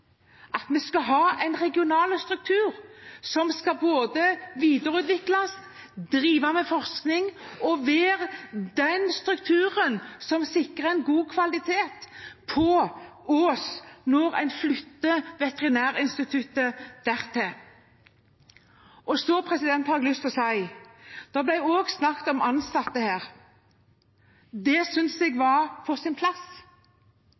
at vi skal ha en regional struktur som skal videreutvikles, der en skal drive med forskning, og som skal være en struktur som sikrer god kvalitet når Veterinærinstituttet flytter til Ås. Så har jeg lyst til å si til det at det ble snakket om ansatte her: Det synes jeg var på sin plass.